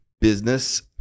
business